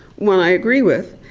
one i agree with,